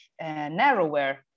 narrower